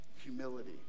Humility